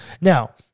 Now